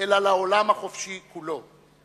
אלא לעולם החופשי כולו,